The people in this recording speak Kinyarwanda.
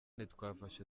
twafashe